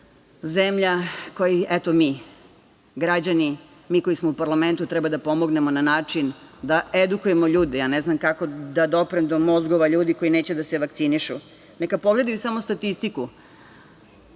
zemlja, kojoj, eto mi, građani, mi koji smo u Parlamentu treba da pomognemo na način da edukujemo ljude. Ja ne znam kako da doprem do mozgova ljudi koji neće da se vakcinišu. Neka pogledaju i samo statistiku.